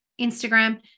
instagram